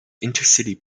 intercity